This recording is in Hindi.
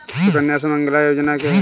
सुकन्या सुमंगला योजना क्या है?